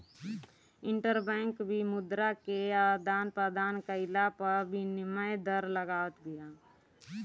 interbank भी मुद्रा के आदान प्रदान कईला पअ विनिमय दर लगावत बिया